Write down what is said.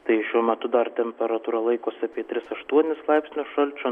tai šiuo metu dar temperatūra laikosi apie tris aštuonis laipsnius šalčio